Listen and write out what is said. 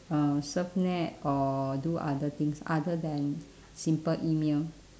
uh surf net or do other things other than simple email